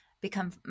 become